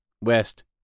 west